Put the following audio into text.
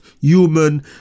human